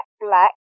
Black